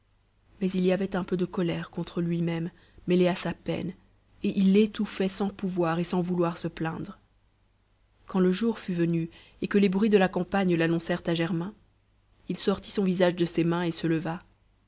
mais il y avait un peu de colère contre lui-même mêlée à sa peine et il étouffait sans pouvoir et sans vouloir se plaindre quand le jour fut venu et que les bruits de la campagne l'annoncèrent à germain il sortit son visage de ses mains et se leva